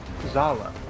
Zala